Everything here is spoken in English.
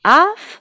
off